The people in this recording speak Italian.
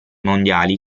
mondiali